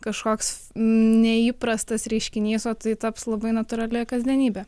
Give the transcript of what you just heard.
kažkoks neįprastas reiškinys o tai taps labai natūrali kasdienybė